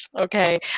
Okay